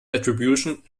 attribution